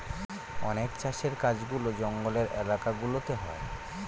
অনেক চাষের কাজগুলা জঙ্গলের এলাকা গুলাতে হয়